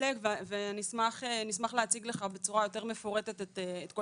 זה על קצה המזלג ואני אשמח להציג לך בצורה יותר מפורטת את כל